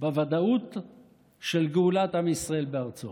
בוודאות של גאולת עם ישראל בארצו.